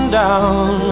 down